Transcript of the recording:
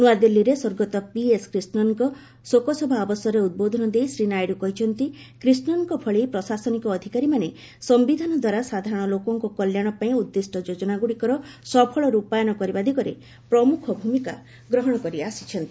ନୂଆଦିଲ୍ଲୀରେ ସ୍ୱର୍ଗତ ପିଏସ୍ କ୍ରିଷ୍ଣନଙ୍କ ଶୋକସଭା ଅବସରରେ ଉଦ୍ବୋଧନ ଦେଇ ଶ୍ରୀ ନାଇଡୁ କହିଛନ୍ତି କ୍ରିଷ୍ଣନଙ୍କ ଭଳି ପ୍ରଶାସନିକ ଅଧିକାରୀମାନେ ସମ୍ଭିଧାନ ଦ୍ୱାରା ସାଧାରଣଲୋକଙ୍କ କଲ୍ୟାଣ ପାଇଁ ଉଦ୍ଦିଷ୍ଟ ଯୋଜନାଗୁଡ଼ିକର ସଫଳ ରୂପାୟନ କରିବା ଦିଗରେ ପ୍ରମୁଖ ଭୂମିକା ଗ୍ରହଣ କରିଆସିଛନ୍ତି